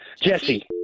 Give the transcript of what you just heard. Jesse